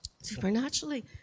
Supernaturally